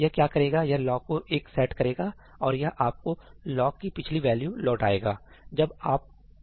यह क्या करेगा यह लॉक को 1 सेट करेगा और यह आपको लॉक की पिछली वैल्यू लौट आएगा